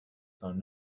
phone